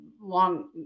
long